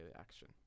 action